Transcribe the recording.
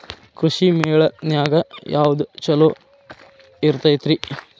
ಕೃಷಿಮೇಳ ನ್ಯಾಗ ಯಾವ್ದ ಛಲೋ ಇರ್ತೆತಿ?